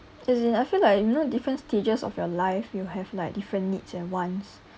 as in I feel like you know different stages of your life you have like different needs and wants